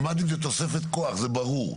הממ"דים זה תוספת כוח זה ברור,